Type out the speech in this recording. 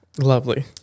Lovely